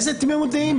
איזו תמימות דעים,